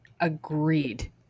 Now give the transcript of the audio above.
Agreed